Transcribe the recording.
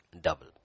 Double